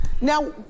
now